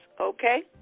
okay